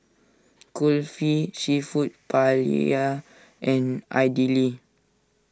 Kulfi Seafood Paella and Idili